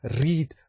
read